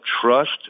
trust